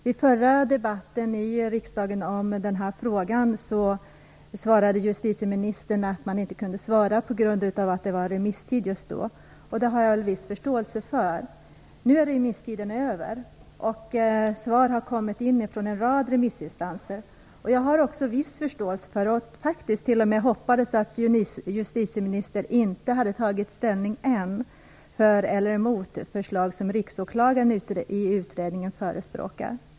Vid förra debatten i riksdagen om denna fråga svarade justitieministern att hon inte kunde svara på grund av att det just då var remisstid. Det har jag viss förståelse för. Nu är remisstiden över, och svar har kommit in från en rad remissinstanser. Jag har också viss förståelse för, och jag hoppades faktiskt på det, att justitieministern inte ännu har tagit ställning för eller emot det förslag som Riksåklagaren förespråkar i utredningen.